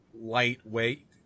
lightweight